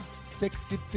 sexy